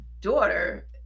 daughter